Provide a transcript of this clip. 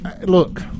Look